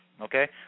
Okay